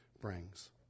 brings